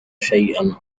شيئا